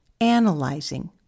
analyzing